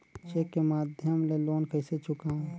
Cheque के माध्यम ले लोन कइसे चुकांव?